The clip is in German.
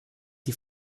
die